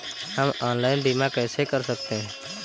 हम ऑनलाइन बीमा कैसे कर सकते हैं?